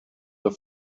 the